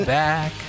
back